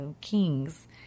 kings